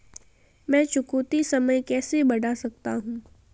मैं चुकौती समय कैसे बढ़ा सकता हूं?